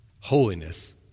Holiness